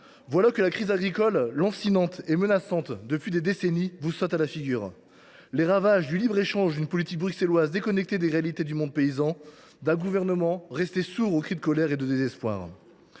voilà que la crise agricole, lancinante et menaçante depuis des décennies, vous saute à la figure. Elle témoigne des ravages du libre échange, d’une politique bruxelloise déconnectée des réalités du monde paysan et de celle d’un gouvernement resté sourd aux cris de colère et de désespoir.